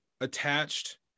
attached